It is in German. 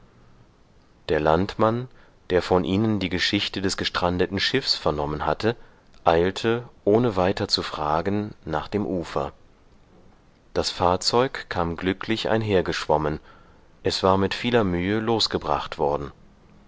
der landmann der von ihnen die geschichte des gestrandeten schiffs vernommen hatte eilte ohne weiter zu fragen nach dem ufer das fahrzeug kam glücklich einhergeschwommen es war mit vieler mühe losgebracht worden